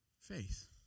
Faith